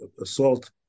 assault